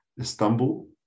Istanbul